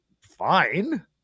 fine